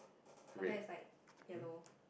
her hair is like yellow